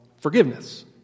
forgiveness